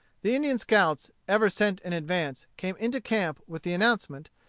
the indian scouts, ever sent in advance, came into camp with the announcement,